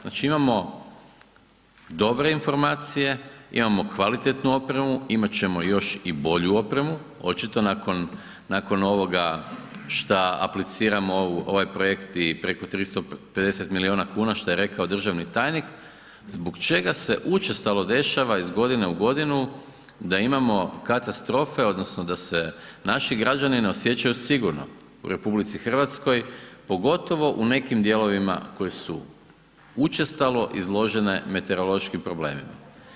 Znači, imamo dobre informacije, imamo kvalitetnu opremu, imat ćemo još i bolju opremu, očito nakon ovoga šta apliciramo ovaj projekt i preko 350 milijuna kuna što je rekao državni tajnik, zbog čega se učestalo dešava iz godine u godinu da imamo katastrofe odnosno da se naši građani ne osjećaju sigurno u RH, pogotovo u nekim dijelovima koji su učestalo izložene meteorološkim problemima.